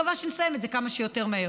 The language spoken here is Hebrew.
אני מקווה שנסיים את זה כמה שיותר מהר.